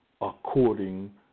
according